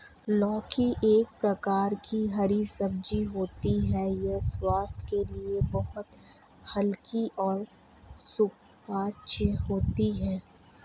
लौकी एक प्रकार की हरी सब्जी होती है यह स्वास्थ्य के लिए बहुत हल्की और सुपाच्य होती है